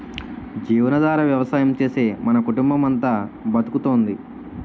జీవనాధార వ్యవసాయం చేసే మన కుటుంబమంతా బతుకుతోంది